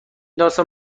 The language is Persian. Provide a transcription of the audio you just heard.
داستان